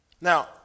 Now